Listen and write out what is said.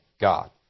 God